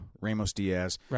Ramos-Diaz